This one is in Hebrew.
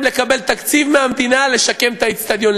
לקבל תקציב מהמדינה לשקם את האצטדיון.